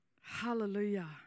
Hallelujah